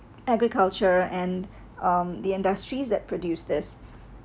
agriculture and um the industries that produce this